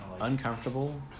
uncomfortable